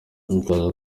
ikaza